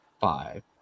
five